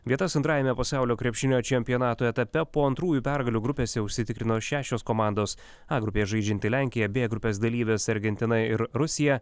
vietas antrajame pasaulio krepšinio čempionato etape po antrųjų pergalių grupėse užsitikrino šešios komandos a grupėje žaidžianti lenkija b grupės dalyvės argentina ir rusija